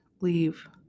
leave